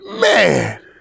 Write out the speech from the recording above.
Man